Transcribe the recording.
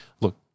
look